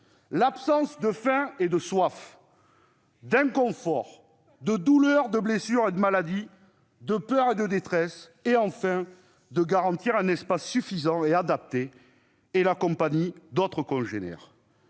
l'absence de faim et de soif, d'inconfort, de douleur, de blessures et de maladie, de peur et de détresse, ainsi que de garantir un espace suffisant et adapté et la compagnie d'autres congénères.